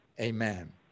amen